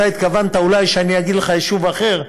אתה התכוונת אולי שאני אגיד לך יישוב אחר,